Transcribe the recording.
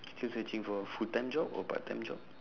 still searching for a full-time job or part-time job